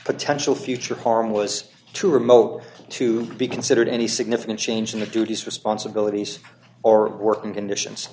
potential future harm was too remote to be considered any significant change in the duties responsibilities or working conditions